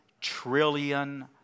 trillion